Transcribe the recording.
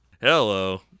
Hello